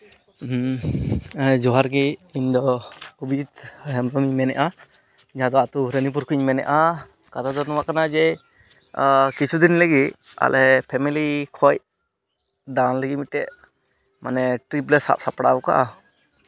ᱡᱚᱦᱟᱨ ᱜᱮ ᱤᱧᱫᱚ ᱚᱵᱤᱡᱤᱛ ᱦᱮᱢᱵᱨᱚᱢ ᱤᱧ ᱢᱮᱱᱮᱫᱼᱟ ᱡᱟᱦᱟᱸ ᱫᱚ ᱟᱛᱳ ᱨᱟᱱᱤᱯᱩᱨ ᱠᱷᱚᱱ ᱤᱧ ᱢᱮᱱᱮᱫᱼᱟ ᱠᱟᱛᱷᱟ ᱫᱚ ᱱᱚᱣᱟ ᱠᱟᱱᱟ ᱡᱮ ᱠᱤᱪᱷᱩ ᱫᱤᱱ ᱞᱟᱹᱜᱤᱫ ᱟᱞᱮ ᱯᱷᱮᱢᱮᱞᱤ ᱠᱷᱚᱱ ᱫᱟᱬᱟᱱ ᱞᱟᱹᱜᱤᱫ ᱢᱤᱫᱴᱮᱱ ᱢᱟᱱᱮ ᱴᱨᱤᱯ ᱞᱮ ᱥᱟᱵ ᱥᱟᱯᱲᱟᱣ ᱟᱠᱟᱫᱟ